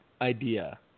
idea